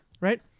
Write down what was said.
right